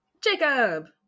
jacob